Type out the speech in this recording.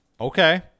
Okay